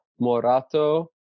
Morato